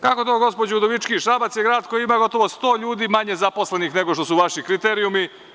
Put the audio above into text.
Kako to gospođo Udovički, Šabac je grad koji ima gotovo sto ljudi manje zaposlenih nego što su vaši kriterijumi?